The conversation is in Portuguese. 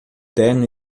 terno